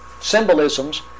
symbolisms